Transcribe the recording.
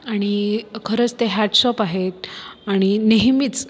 आणि खरंच ते हॅट्स ऑप आहेत आणि नेहमीच